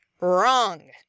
Wrong